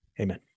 Amen